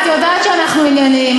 את יודעת שאנחנו ענייניים.